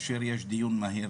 שכאשר יש דיון מהיר